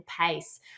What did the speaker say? pace